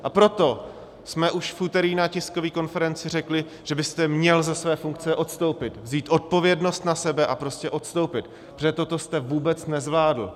A proto jsme už v úterý na tiskové konferenci řekli, že byste měl ze své funkce odstoupit, vzít odpovědnost na sebe a prostě odstoupit, protože toto jste vůbec nezvládl.